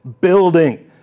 building